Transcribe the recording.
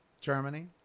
Germany